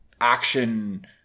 action